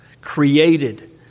created